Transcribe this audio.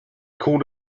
called